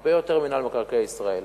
הרבה יותר ממינהל מקרקעי ישראל,